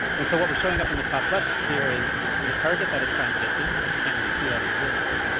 and so what we're showing up on the top left here is the target that it's trying to get to, because you can't really see that in the real world.